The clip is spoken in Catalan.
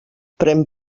pren